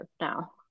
now